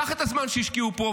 קח את הזמן שהשקיעו פה,